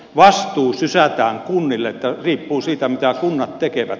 vastuu sysätään kunnille että riippuu siitä mitä kunnat tekevät